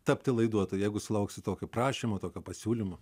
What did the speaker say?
tapti laiduotoju jeigu sulauksi tokio prašymo tokio pasiūlymo